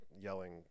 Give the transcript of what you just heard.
Yelling